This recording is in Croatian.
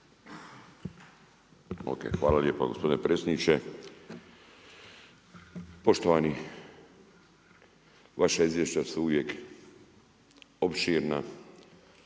Hvala lijepa gospodine predsjedniče. Poštovani vaša izvješća su uvijek opširna